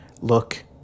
look